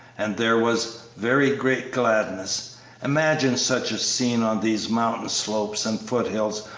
and there was very great gladness imagine such a scene on these mountain-slopes and foot-hills,